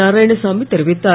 நாராயணசாமி தெரிவித்தார்